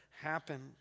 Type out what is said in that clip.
happen